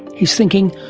he's thinking,